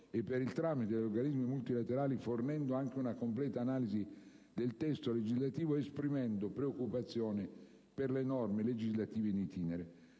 e per il tramite degli organismi multilaterali, fornendo anche una completa analisi del testo legislativo ed esprimendo preoccupazione per le norme legislative *in itinere*.